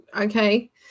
Okay